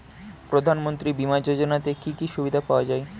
প্রধানমন্ত্রী বিমা যোজনাতে কি কি সুবিধা পাওয়া যায়?